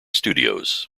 studios